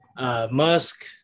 Musk